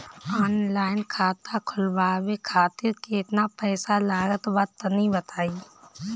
Online खाता खूलवावे खातिर केतना पईसा लागत बा तनि बताईं?